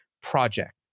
project